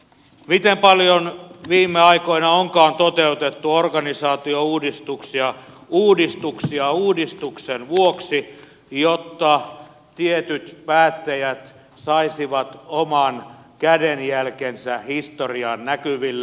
miten paljon viime aikoina onkaan toteutettu organisaatiouudistuksia uudistuksia uudistuksen vuoksi jotta tietyt päättäjät saisivat oman kädenjälkensä historiaan näkyville